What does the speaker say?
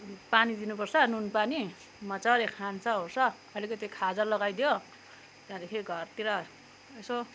पानी दिनुपर्छ नुन पानी मजाले खान्छ ओर्छ अलिकति खाजा लगाइदियो त्यहाँदेखि घरतिर यसो